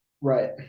Right